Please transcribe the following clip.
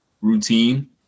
routine